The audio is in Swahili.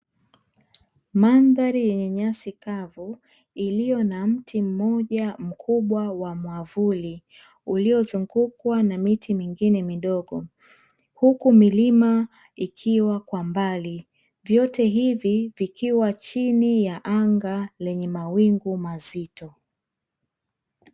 Mandhari yenye nyasi kavu iliyo na mti mmoja mkubwa wa mwamvuli uliozungukwa na miti mingine midogo huku milima ikiwa kwa mbali. Vyote hivi vikiwa chini ya anga lenye mawingu mazito.